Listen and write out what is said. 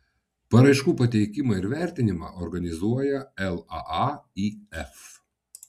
paraiškų pateikimą ir vertinimą organizuoja laaif